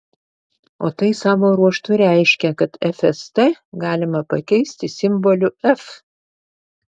o tai savo ruožtu reiškia kad fst galima pakeisti simboliu f